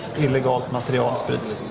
illegal material. ah so but